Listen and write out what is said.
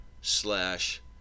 slash